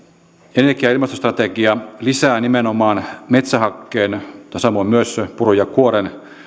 energia ja ilmastostrategia lisää nimenomaan metsähakkeen mutta samoin myös purun ja kuoren